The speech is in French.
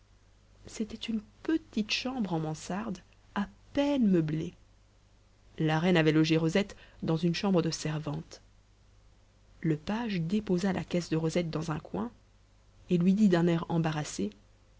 c'était une petite chambre en mansarde à peine meublée la reine avait logé rosette dans une chambre de servante le page déposa la caisse de rosette dans un coin et lui dit d'un air embarrassé